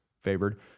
favored